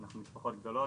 אנחנו משפחות גדולות,